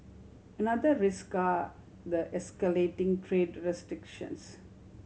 another risk are the escalating trade restrictions